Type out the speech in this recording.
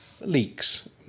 leaks